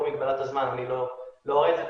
לאור מגבלת הזמן אני לא אראה את זה,